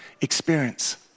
experience